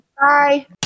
bye